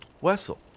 Wessel